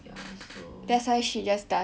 oh ya so